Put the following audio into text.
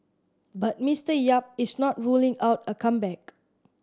but Mister Yap is not ruling out a comeback